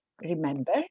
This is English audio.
remember